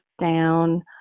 down